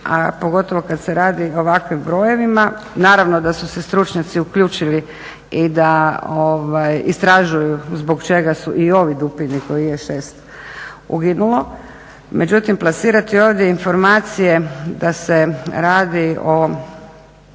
pogotovo kada se radi o ovakvim brojevima, naravno da su se stručnjaci uključili i da istražuju zbog čega su i ovi dupini kojih je 6 uginulo, međutim plasirati ovdje informacije da se radi o